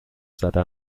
زده